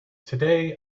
today